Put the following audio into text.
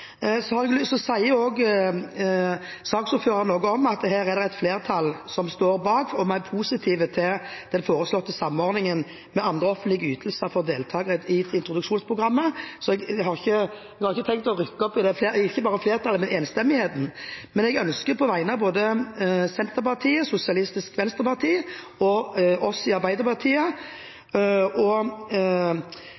har også lyst til å si til saksordføreren at her har det vært et flertall som står bak, og vi er positive til den foreslåtte samordningen med andre offentlige ytelser for deltakere i introduksjonsprogrammet, så jeg har ikke tenkt å rykke opp i enstemmigheten. Men jeg ønsker på vegne av Senterpartiet, Sosialistisk Venstreparti og oss i Arbeiderpartiet